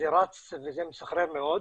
רק לעשות השוואה,